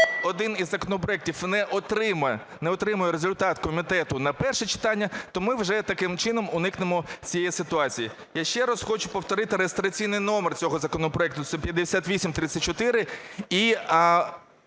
один із законопроектів не отримає результат комітету на перше читання, то ми вже таким чином уникнемо цієї ситуації. Я ще раз хочу повторити реєстраційний номер цього законопроекту, це 5834,